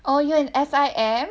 all you're in S_I_M